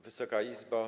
Wysoka Izbo!